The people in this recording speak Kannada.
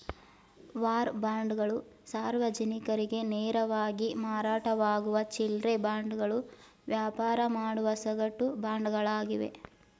ವಾರ್ ಬಾಂಡ್ಗಳು ಸಾರ್ವಜನಿಕರಿಗೆ ನೇರವಾಗಿ ಮಾರಾಟವಾಗುವ ಚಿಲ್ಲ್ರೆ ಬಾಂಡ್ಗಳು ವ್ಯಾಪಾರ ಮಾಡುವ ಸಗಟು ಬಾಂಡ್ಗಳಾಗಿವೆ